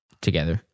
together